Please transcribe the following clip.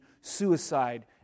suicide